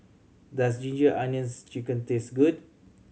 does Ginger Onions Chicken taste good